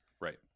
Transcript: Right